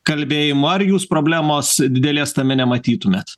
kalbėjimu ar jūs problemos didelės tame nematytumėt